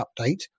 update